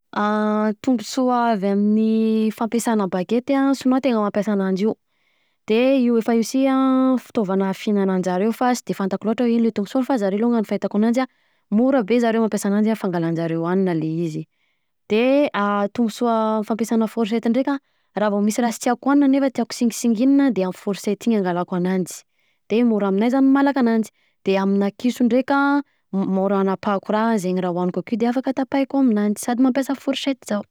Tombotsoa avy amin'ny fampiasana bagety an sinoa tegna mampiasa ananjy io, de io efa io si an fitaovana fihinananjareo fa sy de fantako loatra hoe ino le tombotsoa fa zareo alonga fahitako ananjy, mora be zareo mampiasa ananjy fangalanjareo hanina le izy. De tombotsoa avy amin'ny fampiasana forsety ndreka, raha vao misy raha sy tiàko hoanina nefa tiako tsingisinginina de amin'ny forsety iny angalako ananjy de mora aminahy zany malaka ananjy. De aminà kiso ndreka mora hanapahiko raha, zegny raha hoanilko akeo de afaka tapahiko aminanjy, sady mampiasa forsety zaho.